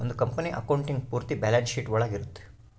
ಒಂದ್ company accounting ಪೂರ್ತಿ balance sheet ಒಳಗ ಇರುತ್ತೆ